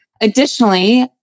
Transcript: Additionally